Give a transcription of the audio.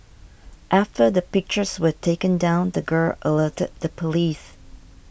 after the pictures were taken down the girl alerted the police